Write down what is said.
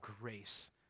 Grace